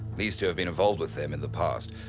these two have been involved with him in the past.